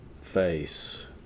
face